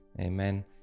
Amen